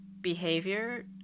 behavior